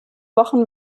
wochen